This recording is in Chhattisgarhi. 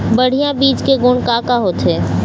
बढ़िया बीज के गुण का का होथे?